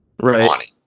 Right